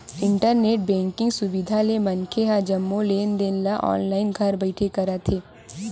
internet banking सुबिधा ले मनखे ह जम्मो लेन देन ल ऑनलाईन घर बइठे करत हे